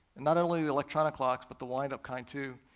and not only the electronic clocks but the wind-up kind too.